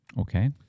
Okay